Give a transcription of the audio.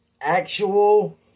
actual